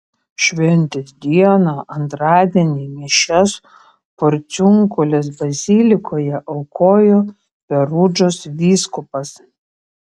šventės dieną antradienį mišias porciunkulės bazilikoje aukojo perudžos vyskupas